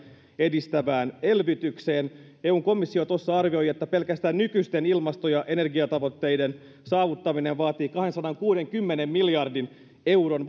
edistävään elvytykseen eun komissio tuossa arvioi että pelkästään nykyisten ilmasto ja energiatavoitteiden saavuttaminen vaatii kahdensadankuudenkymmenen miljardin euron